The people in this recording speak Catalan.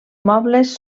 mobles